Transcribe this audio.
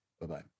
Bye-bye